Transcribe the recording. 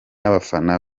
abafana